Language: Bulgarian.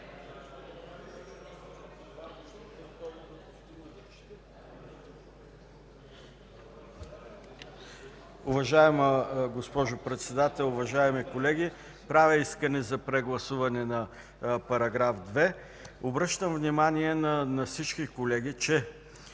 Уважаема госпожо Председател, уважаеми колеги! Правя искане за прегласуване на § 2. Обръщам внимание на всички колеги, че